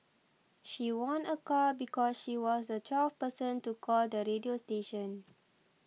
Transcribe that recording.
she won a car because she was a twelfth person to call the radio station